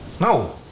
No